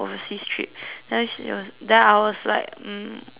then she was then I was like mm okay lor